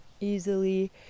easily